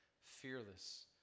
Fearless